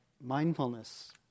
mindfulness